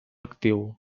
actiu